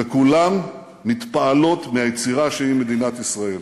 וכולן מתפעלות מהיצירה שהיא מדינת ישראל.